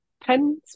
pens